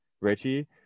Richie